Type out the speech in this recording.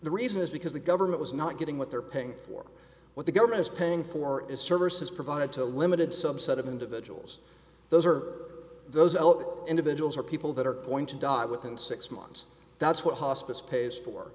the reason is because the government was not getting what they're paying for what the government is paying for is services provided to a limited subset of individuals those are those individuals or people that are going to die within six months that's what hospice pays for